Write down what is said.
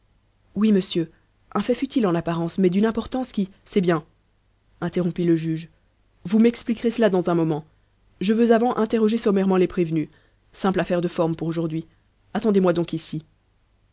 oui monsieur un fait futile en apparence mais d'une importance qui c'est bien interrompit le juge vous m'expliquerez cela dans un moment je veux avant interroger sommairement les prévenus simple affaire de forme pour aujourd'hui attendez-moi donc ici